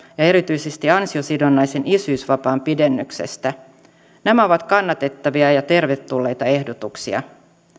erityisesti ansiosidonnaisen isyysvapaan pidennyksestä nämä ovat kannatettavia ja tervetulleita ehdotuksia